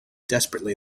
desperately